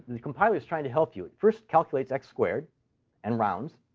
the compiler is trying to help you. it first calculates x squared and rounds.